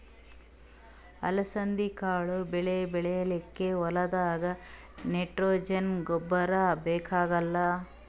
ಅಲಸಂದಿ ಕಾಳ್ ಬೆಳಿ ಬೆಳಿಲಿಕ್ಕ್ ಹೋಲ್ದಾಗ್ ನೈಟ್ರೋಜೆನ್ ಗೊಬ್ಬರ್ ಬೇಕಾಗಲ್